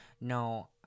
No